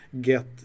get